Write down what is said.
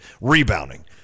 Rebounding